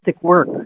work